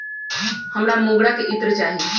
हमरा मोगरा के इत्र चाही